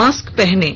mask पहनें